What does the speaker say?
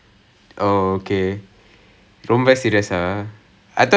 ரொம்ப:romba serious eh எதை தொட்டாலும்:ethai thottaalum I mean